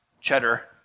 Cheddar